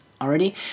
already